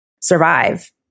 survive